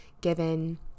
given